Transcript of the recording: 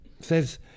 says